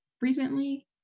recently